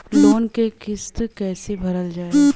Loan क किस्त कैसे भरल जाए?